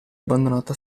abbandonato